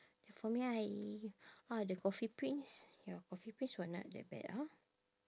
for me I ah the coffee prince ya coffee prince were not that bad ah